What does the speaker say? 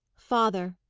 father!